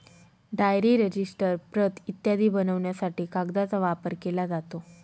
diary, register, प्रत इत्यादी बनवण्यासाठी कागदाचा वापर केला जातो